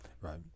Right